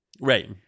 Right